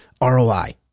ROI